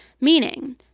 meaning